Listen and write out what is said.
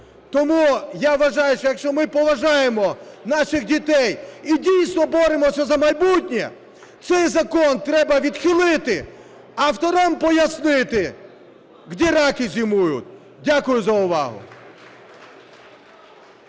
Тому я вважаю, що якщо ми поважаємо наших дітей і дійсно боремося за майбутнє, цей закон треба відхилити. А авторам пояснити, де раки зимують. Дякую за увагу.